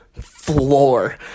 floor